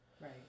Right